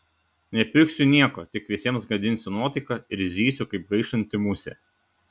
nepirksiu nieko tik visiems gadinsiu nuotaiką ir zysiu kaip gaištanti musė